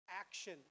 action